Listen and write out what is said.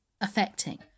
affecting